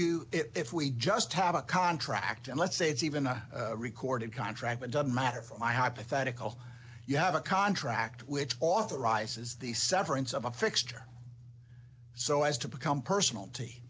you if we just have a contract and let's say it's even a recording contract it doesn't matter for my hypothetical you have a contract which authorizes the severance of a fixture so as to become personal t